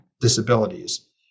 disabilities